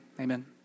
Amen